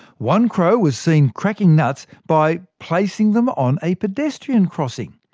one crow was seen cracking nuts by placing them on a pedestrian crossing.